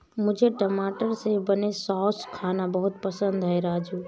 मुझे टमाटर से बने सॉस खाना बहुत पसंद है राजू